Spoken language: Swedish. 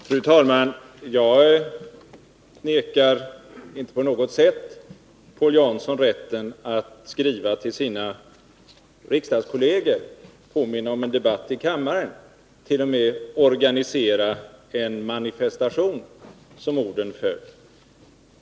Fru talman! Jag förmenar inte på något sätt Paul Jansson rätten att skriva till sina riksdagskolleger och påminna om en debatt i kammaren eller att t.o.m. organisera en manifestation, som orden föll.